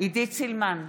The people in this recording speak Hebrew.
עידית סילמן,